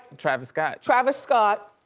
travis scott. travis scott,